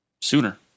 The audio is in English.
sooner